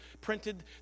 printed